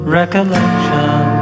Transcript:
recollection